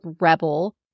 rebel